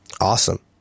Awesome